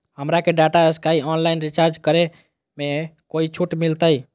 हमरा के Tata sky online recharge करे में कोई छूट मिलतई